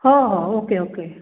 हो हो okay okay